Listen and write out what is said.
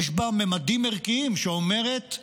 יש בה ממדים ערכיים, שאומרת: